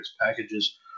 packages